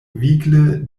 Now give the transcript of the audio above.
vigle